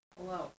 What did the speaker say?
Hello